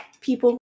people